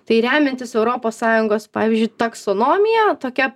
tai remiantis europos sąjungos pavyzdžiui taksonomija tokia